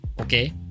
Okay